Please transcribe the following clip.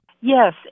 Yes